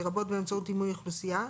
לרבות באמצעות דימוי אוכלוסייה,